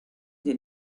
des